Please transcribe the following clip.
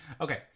Okay